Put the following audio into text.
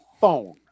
phone